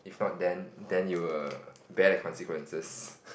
if not then then you will bear the consequences